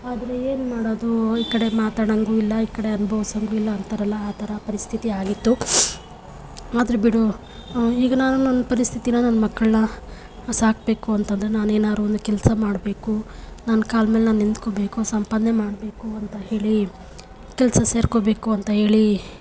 ಆದರೆ ಏನು ಮಾಡೋದು ಈ ಕಡೆ ಮಾತಾಡೋಂಗೂ ಇಲ್ಲ ಈ ಕಡೆ ಅನ್ಭವ್ಸೋಂಗೂ ಇಲ್ಲ ಅಂತಾರಲ್ಲ ಆ ಥರ ಪರಿಸ್ಥಿತಿ ಆಗಿತ್ತು ಆದರೆ ಬಿಡು ಈಗ ನಾನು ನನ್ನ ಪರಿಸ್ಥಿತಿಯ ನನ್ನ ಮಕ್ಕಳನ್ನ ಸಾಕಬೇಕು ಅಂತಂದರೆ ನಾನು ಏನಾದ್ರು ಒಂದು ಕೆಲಸ ಮಾಡಬೇಕು ನನ್ನ ಕಾಲ ಮೇಲೆ ನಾನು ನಿಂತ್ಕೋಬೇಕು ಸಂಪಾದನೆ ಮಾಡಬೇಕು ಅಂತ ಹೇಳಿ ಕೆಲಸ ಸೇರ್ಕೋಬೇಕು ಅಂತ ಹೇಳಿ